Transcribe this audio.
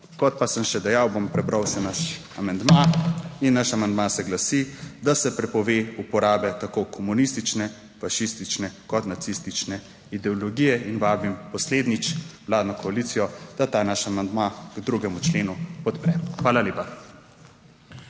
Kot pa sem še dejal, bom prebral še naš amandma in naš amandma se glasi: "da se prepove uporaba tako komunistične, fašistične, kot nacistične ideologije". In vabim poslednjič vladno koalicijo, da ta naš amandma k 2. členu podpre. Hvala lepa.